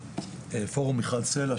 פורום מיכל סלה,